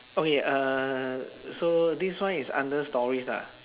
okay uh so this one is under stories lah